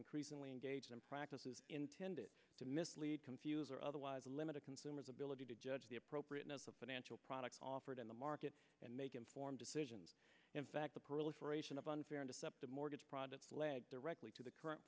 increasingly engaged in practices intended to mislead confuse or otherwise limit a consumer's ability to judge the appropriateness of financial products offered in the market and make informed decisions in fact the proliferation of unfair and deceptive mortgage products led directly to the current